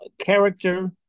character